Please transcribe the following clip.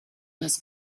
this